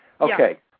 Okay